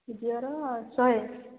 ଜିଓର ଶହେ